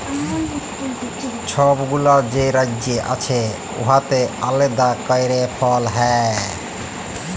ছব গুলা যে রাজ্য আছে উয়াতে আলেদা ক্যইরে ফল হ্যয়